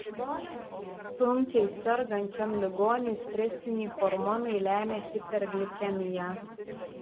sunkiai sergančiam ligoniui stresiniai hormonai lemia hiperglikemiją